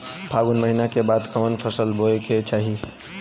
फागुन महीना के बाद कवन फसल बोए के चाही?